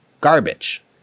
garbage